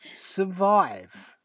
*Survive*